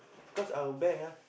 cause our bank ah